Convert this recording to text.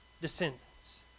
descendants